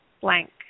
blank